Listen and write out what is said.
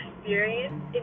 experience